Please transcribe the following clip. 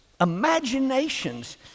imaginations